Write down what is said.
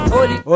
Holy